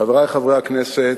חברי חברי הכנסת,